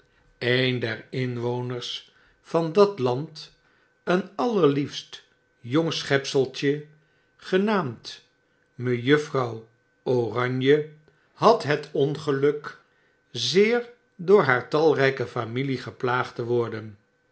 ben der inwoners van dat land een allerliefst jong schepseltje genaamd mejuffrouw oranje had het ongeluk zeer door haar talryke familie geplaagd te worden